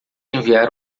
enviar